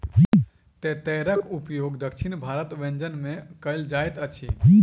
तेतैरक उपयोग दक्षिण भारतक व्यंजन में कयल जाइत अछि